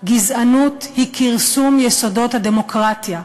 גזענות היא כרסום יסודות הדמוקרטיה,